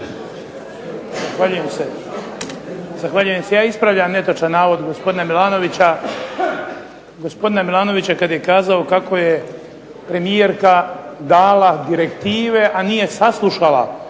Zahvaljujem se. Ja ispravljam netočan navod gospodina Milanovića, gospodin MIlanović kada je kazao kako je premijerka dala direktive a nije saslušala